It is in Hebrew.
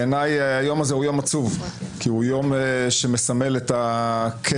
בעיניי היום הזה הוא יום עצוב כי הוא יום שמסמל את הקץ